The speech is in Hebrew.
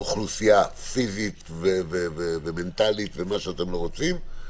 אוכלוסייה פיזית ומנטלית ומה שאתם לא רוצים.